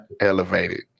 elevated